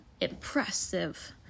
impressive